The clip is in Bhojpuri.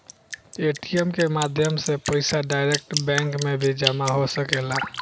ए.टी.एम के माध्यम से पईसा डायरेक्ट बैंक में भी जामा हो सकेला